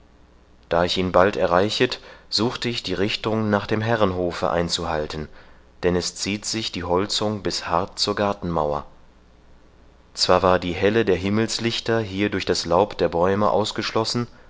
da ich ihn bald erreichet suchte ich die richtung nach dem herrenhofe einzuhalten denn es zieht sich die holzung bis hart zur gartenmauer zwar war die helle der himmelslichter hier durch das laub der bäume ausgeschlossen